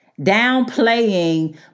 Downplaying